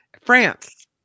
france